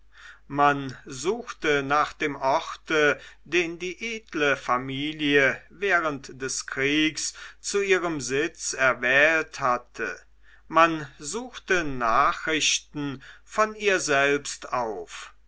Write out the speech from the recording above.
man suchte nach dem orte den die edle familie während des kriegs zu ihrem sitz erwählt hatte man suchte nachrichten von ihr selbst auf